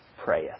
prayeth